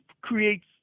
creates